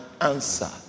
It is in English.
answer